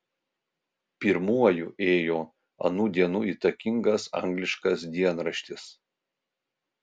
pirmuoju ėjo anų dienų įtakingas angliškas dienraštis